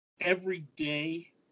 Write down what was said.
everyday